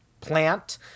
plant